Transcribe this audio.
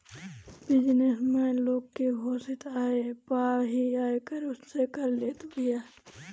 business man लोग के घोषित आय पअ ही आयकर उनसे कर लेत बिया